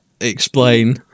explain